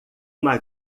uma